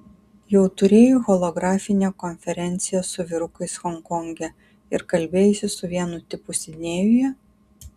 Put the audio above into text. jau turėjai holografinę konferenciją su vyrukais honkonge ir kalbėjaisi su vienu tipu sidnėjuje